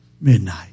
Midnight